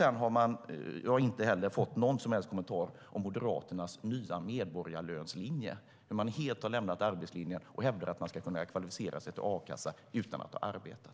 Sedan har jag inte fått någon som helst kommentar om Moderaternas nya medborgarlönslinje där de helt har lämnat arbetslinjen och hävdar att man ska kunna kvalificera sig för a-kassa utan att ha arbetat.